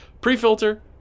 Pre-filter